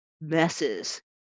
messes